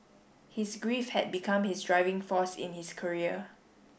his grief had become his driving force in his career